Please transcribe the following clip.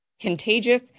Contagious